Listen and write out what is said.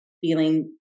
feeling